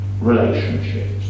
relationships